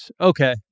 okay